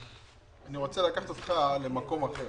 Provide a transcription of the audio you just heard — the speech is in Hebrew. אני רוצה לקחת אותך למקום אחר.